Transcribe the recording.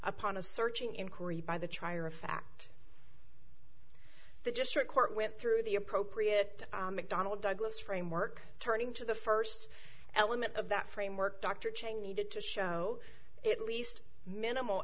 upon of searching inquiry by the trier of fact the district court went through the appropriate mcdonnell douglas framework turning to the first element of that framework dr chang needed to show it at least minimal